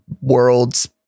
world's